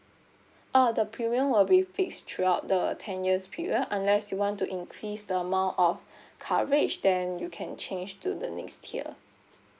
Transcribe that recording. orh the premium will be fixed throughout the ten years period unless you want to increase the amount of coverage then you can change to the next tier